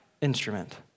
instrument